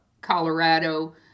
Colorado